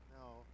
no